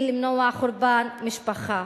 למנוע חורבן משפחה